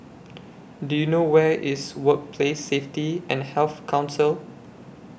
Do YOU know Where IS Workplace Safety and Health Council